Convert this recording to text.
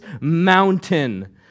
mountain